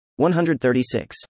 136